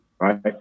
right